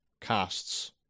casts